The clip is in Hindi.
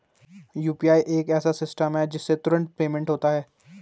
यू.पी.आई एक ऐसा सिस्टम है जिससे तुरंत पेमेंट होता है